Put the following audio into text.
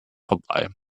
vorbei